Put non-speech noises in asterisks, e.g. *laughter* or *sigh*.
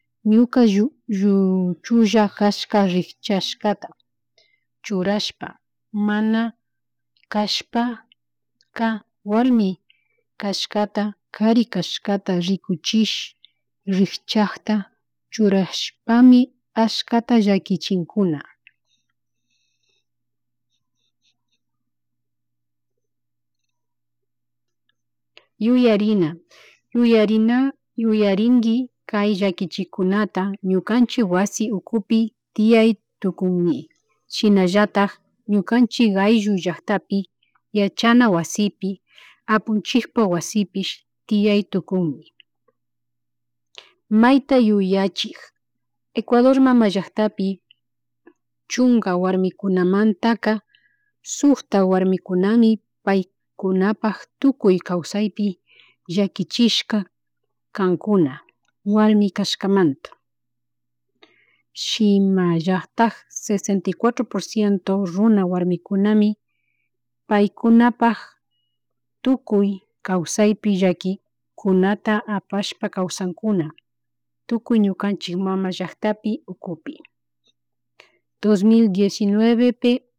Ñuka *unintelligible* lluchulla chaska rikchashkata churashpa mana kashpaka warmi kashkata kari kashkata rikuchish rikchakta churashpami ashkata llakichinkuna, yuyarina yuyarina yuyariki kay llakichikunata ñukachik wasi ukupi tian tukunmi shinallatak ñukanchik ayllu llaktapi yachana wasipi apunchikpuk wasipi tian tukunmi mayta yuyachik Ecuador mama llaktapi chunka warmikunamantaka sukta warmikunami paykunapak tukuy kawasapy llakichishka kankuna warmi kashkamanta, shinallatak sesenta y cuatro por ciento runa warmikunami pay kunapak tukuy kaysaypi llaki kunata apashpa kawsankuna tukuy ñukanchik mama llaktapi ukupi dos mil dicinuevepi